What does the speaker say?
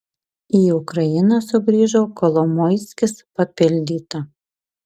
į ukrainą sugrįžo kolomoiskis papildyta